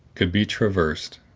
could be traversed,